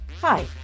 Hi